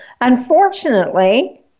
Unfortunately